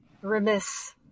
remiss